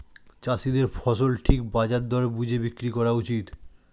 চাষীদের ফসল ঠিক বাজার দর বুঝে বিক্রি করা উচিত